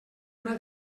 una